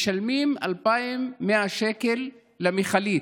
משלמים 2,100 שקל למכלית.